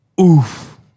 Oof